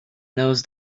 those